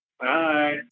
Hi